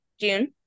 June